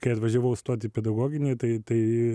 kai atvažiavau stoti į pedagoginį tai tai